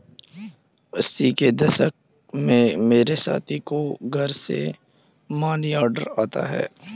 अस्सी के दशक में मेरे साथी को घर से मनीऑर्डर आता था